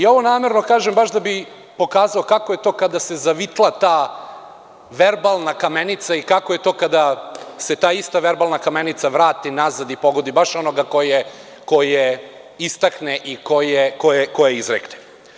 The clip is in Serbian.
Ovo namerno kažem baš da bih pokazao kako je to kada se zavitla ta verbalna kamenica i kako je to kada se ta ista verbalna kamenica vrati nazad i pogodi baš onoga ko je istakne i ko je izrekne.